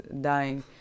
dying